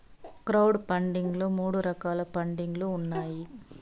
crowd funding లో మూడు రకాల పండింగ్ లు ఉన్నాయి